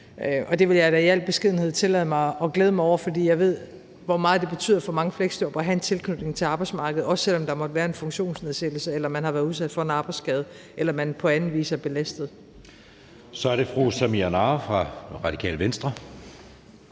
og det vil jeg da i al beskedenhed tillade mig at glæde mig over, fordi jeg ved, hvor meget det betyder for mange fleksjobbere at have en tilknytning til arbejdsmarkedet, også selv om der måtte være en funktionsnedsættelse eller man har været udsat for en arbejdsskade eller man på anden vis er belastet. Kl. 01:18 Anden næstformand (Jeppe